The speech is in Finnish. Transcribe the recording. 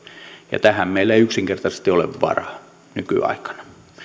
ja tähän meillä ei yksinkertaisesti ole varaa nykyaikana